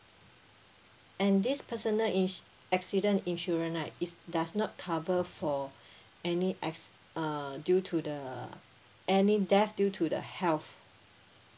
and this personal ins~ accident insurance right is does not cover for any acts~ uh due to the any death due to the health